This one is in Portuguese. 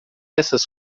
essas